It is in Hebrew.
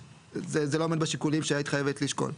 שזה לא עומד בשיקולים שהיית חייבת לשקול.